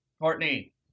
Courtney